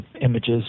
images